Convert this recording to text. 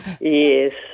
yes